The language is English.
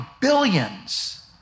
billions